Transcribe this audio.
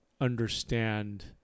understand